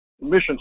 mission